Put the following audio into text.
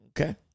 okay